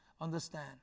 understand